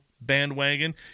bandwagon